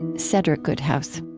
and cedric good house